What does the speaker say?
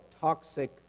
toxic